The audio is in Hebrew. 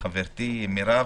חברתי מרב,